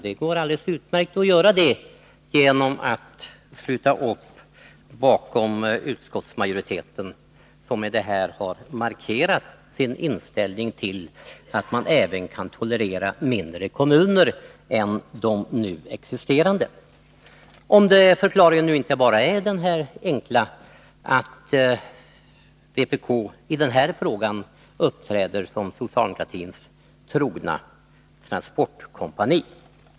Det går alldeles utmärkt att göra det genom att sluta upp bakom utskottsmajoriteten, som i betänkandet har markerat sin inställning att man även kan tolerera mindre kommuner än de nu existerande. Nu kan förstås förklaringen vara den enkla att vpk i den här frågan uppträder som socialdemokratins trogna transportkompani.